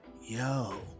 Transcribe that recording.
yo